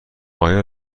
آیا